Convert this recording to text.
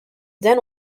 then